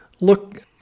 look